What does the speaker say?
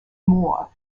moore